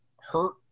hurt